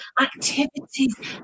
activities